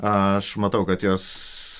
aš matau kad jos